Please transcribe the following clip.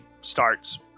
starts